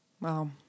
Wow